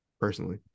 Personally